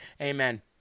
amen